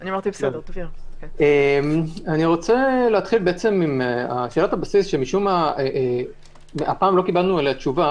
אני רוצה להתחיל עם טענת הבסיס שמעולם לא קיבלנו עליה תשובה